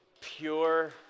pure